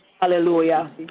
Hallelujah